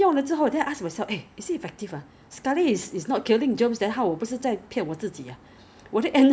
but ya you are right lah I don't know whether the non alcohol one works lah I also don't know why because initially they said that